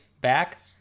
back